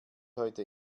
heute